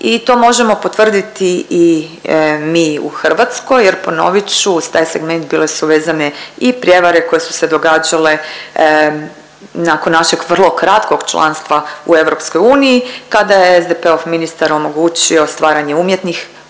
i to možemo potvrditi i mi u Hrvatskoj jer ponovit ću uz taj segment bile su vezane i prijevare koje su se događale nakon našeg vrlo kratkog članstva u EU kada je SDP-ov ministar omogućio stvaranje umjetnih uvjeta,